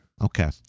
Okay